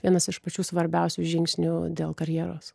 vienas iš pačių svarbiausių žingsnių dėl karjeros